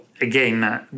again